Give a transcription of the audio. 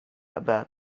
about